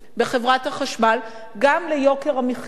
אם בחברת החשמל, גם ליוקר המחיה.